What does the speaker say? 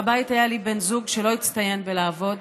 בבית היה לי בן זוג שלא הצטיין בלעבוד,